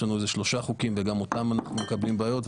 יש איזה שלושה חוקים וגם בהם אנחנו נתקלים בבעיות.